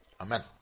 Amen